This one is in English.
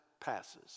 passes